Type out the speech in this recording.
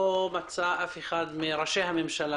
לא מצא אף אחד מראשי הממשלה,